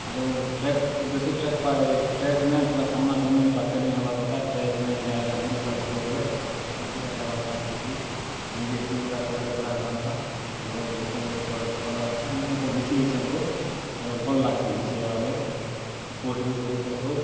ଆର track ବେଶୀ track ପାଏ track ନା ପୂରା ସାମ୍ନା ସାମନି ପୂରା ପାଖ୍ କେ ନେଇ ହେବା କଥା ଟ୍ରେକ ନେଇ ଏଇଟା ହେଲା ଗୁଡ଼୍ ଗୁଟେ ଖସି ଗଲେ ଏକସିଡ଼େଣ୍ଟ୍ ହେବା ଚାନ୍ସ ଥେସି ନିଜେ ହେଟି ହୁଟା ପଡ଼୍ ଲେ ଗୁଡ଼୍ ହାତ୍ ଭାଙ୍ଗ୍ ବା ଏଠି ଖାଲି ଦେଖି ଚାହିଁ କରି କର କରବା କଥା ମୁଇଁ ତ ଘିଚି ହେଇଚି ଖୁବ୍ ଆର୍ ଭଲ୍ ଲାଗ୍ ସି ଘିଚି ହେବାକେ ଆଉ ପୋଷ୍ଟ୍ ବି କରିଚେଁ ଖୁବ୍